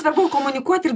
svarbu komunikuoti ir